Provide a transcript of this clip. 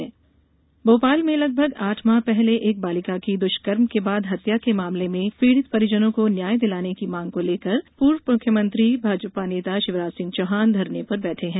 शिवराज धरना भोपाल में लगभग आठ माह पहले एक बालिका की दुष्कर्म के बाद हत्या के मामले में पीड़ित परिजनों को न्याय दिलाने की मांग को लेकर पूर्व मुख्यमंत्री भाजपा नेता शिवराज सिंह चौहान धरने पर बैठे हैं